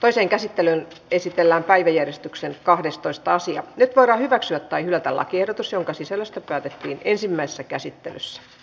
toiseen käsittelyyn esitellään päiväjärjestyksen kahdestoista sija nyt voidaan hyväksyä tai hylätä lakiehdotus jonka sisällöstä päätettiin ensimmäisessä käsittelyssä